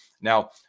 Now